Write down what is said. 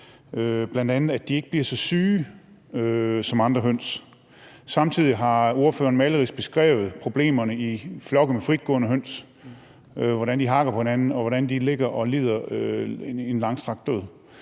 sag, bl.a. at de ikke bliver så syge som andre høns. Samtidig har ordføreren malerisk beskrevet problemerne i flokke med fritgående høns, altså hvordan de har det, og hvordan de ligger og lider en langstrakt død.